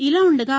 ఇలా ఉండగా